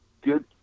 good